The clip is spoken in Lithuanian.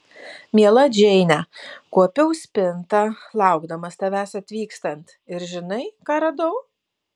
miela džeine kuopiau spintą laukdamas tavęs atvykstant ir žinai ką radau